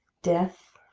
death,